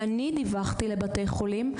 ואני דיווחתי לבתי חולים.